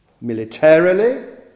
militarily